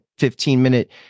15-minute